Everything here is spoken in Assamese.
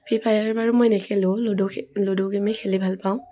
ফ্ৰী ফায়াৰ বাৰু মই নেখেলোঁ লুডু লুডু গেইমেই খেলি ভাল পাওঁ